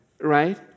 Right